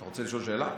אתה רוצה לשאול שאלה?